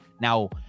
Now